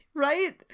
Right